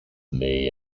may